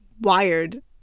wired